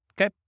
okay